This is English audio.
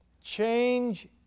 Change